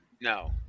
No